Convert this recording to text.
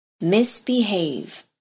Misbehave